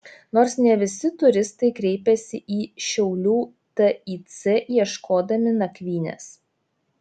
nors ne visi turistai kreipiasi į šiaulių tic ieškodami nakvynės